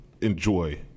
enjoy